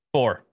Four